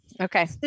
okay